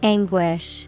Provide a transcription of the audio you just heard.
Anguish